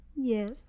Yes